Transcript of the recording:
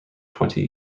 twenty